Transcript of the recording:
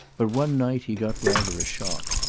but one night he got rather a shock.